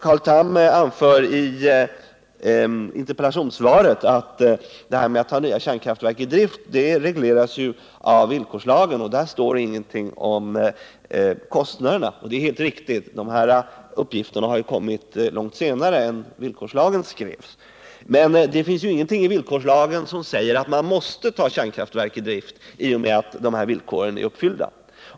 Carl Tham anför i interpellationssvaret att detta att ta nya kärnkraftverk i drift regleras av villkorslagen, där det inte står någonting om kostnaderna. Det är helt riktigt, eftersom de här uppgifterna har kommit långt senare än då villkorslagen skrevs. Det finns emellertid ingenting i villkorslagen som säger att man måste ta ett kärnkraftverk i drift i och med att villkoren är uppfyllda.